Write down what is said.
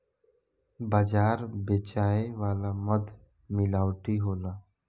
बाजार बेचाए वाला मध मिलावटी होला